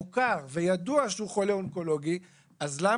כבר מוכר וידוע שהוא חולה אונקולוגי - למה